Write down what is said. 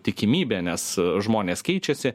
tikimybė nes žmonės keičiasi